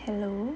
hello